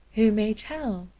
who may tell?